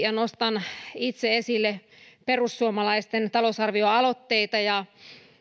ja nostan itse esille perussuomalaisten talousarvioaloitteita ja